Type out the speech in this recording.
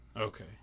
Okay